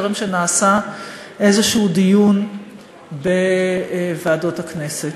טרם נעשה דיון כלשהו בוועדות הכנסת.